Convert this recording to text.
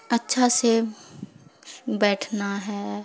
اچھا سے بیٹھنا ہے